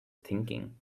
thinking